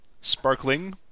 sparkling